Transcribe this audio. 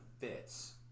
fits